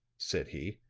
said he.